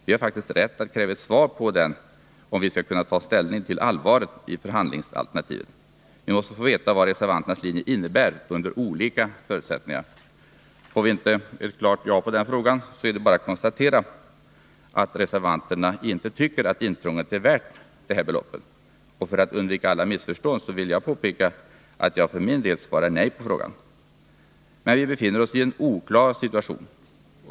Vi har faktiskt rätt att kräva ett svar på den, om vi skall kunna ta ställning till allvaret i förhandlingsalternativet. Vi måste få veta vad reservanternas linje innebär under olika förutsättningar. Får vi inte ett klart ja på den frågan är det bara att konstatera att reservanterna inte tycker att intrånget är värt detta belopp. För att undvika alla missförstånd vill jag påpeka att jag för min del svarar nej på frågan. Men vi befinner oss i en oklar situation.